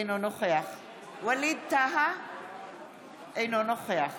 אינו נוכח ווליד טאהא, אינו נוכח